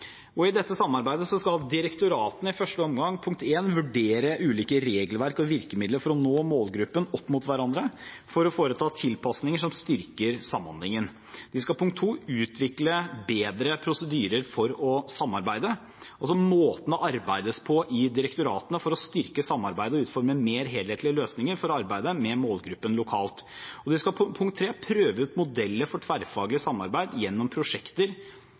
skal direktoratene i første omgang: vurdere ulike regelverk og virkemidler for å nå målgruppen opp mot hverandre for å foreta tilpasninger som styrker samhandlingen utvikle bedre prosedyrer for å samarbeide, altså måten det arbeides på i direktoratene for å styrke samarbeidet og utforme mer helhetlige løsninger for arbeidet med målgruppen lokalt prøve ut modeller for tverrfaglig samarbeid gjennom prosjekter lokalt eller nasjonalt, som eksempelvis Program for bedre gjennomføring, Et lag rundt eleven og et styrket samarbeid